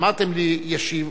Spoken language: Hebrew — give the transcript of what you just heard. אמרתם לי: ישיב.